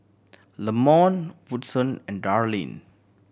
Leamon Woodson and Darline